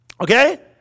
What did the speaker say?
Okay